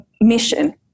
Mission